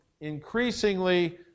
increasingly